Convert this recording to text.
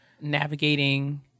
navigating